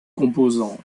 composant